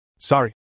Sorry